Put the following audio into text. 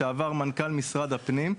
לשעבר מנכ"ל משרד הפנים,